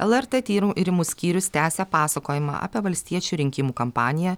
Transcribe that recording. lrt tyrimų skyrius tęsia pasakojimą apie valstiečių rinkimų kampaniją